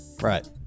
Right